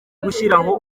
gushyiraho